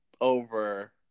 over –